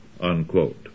Unquote